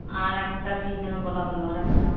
আর একটা কি যেন বলা হল আরেকটা